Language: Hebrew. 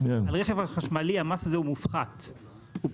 והמס הזה מופחת על רכב חשמלי.